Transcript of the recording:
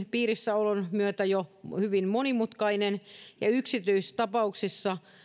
piirissä olon suhteen jo hyvin monimutkainen ja yksityistapauksissa